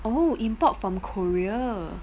oh import from korea